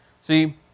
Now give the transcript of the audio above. See